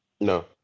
No